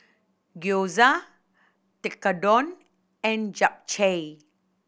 Gyoza Tekkadon and Japchae